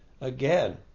Again